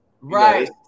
Right